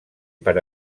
per